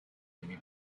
lui